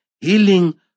healing